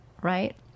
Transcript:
Right